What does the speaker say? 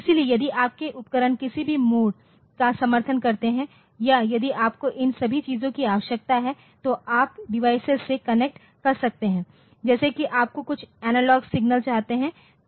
इसलिए यदि आपके उपकरण किसी भी मोड का समर्थन करते हैं या यदि आपको इन सभी चीजों की आवश्यकता है तो आप डिवाइस से कनेक्ट कर सकते हैं जैसे कि आपको कुछ एनालॉग सिग्नल चाहिए